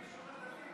חברת הכנסת דיסטל,